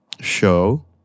show